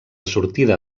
sortida